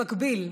במקביל,